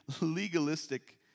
legalistic